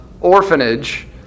orphanage